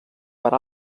per